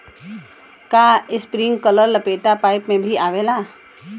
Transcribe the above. का इस्प्रिंकलर लपेटा पाइप में भी आवेला?